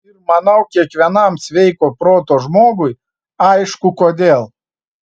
ir manau kiekvienam sveiko proto žmogui aišku kodėl